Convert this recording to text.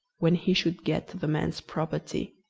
when he should get the the man's property.